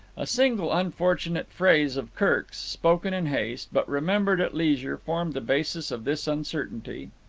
a single unfortunate phrase of kirk's, spoken in haste, but remembered at leisure, formed the basis of this uncertainty.